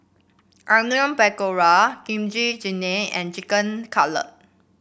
Onion Pakora Kimchi Jjigae and Chicken Cutlet